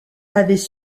avaient